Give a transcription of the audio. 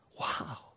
Wow